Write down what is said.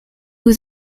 was